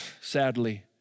sadly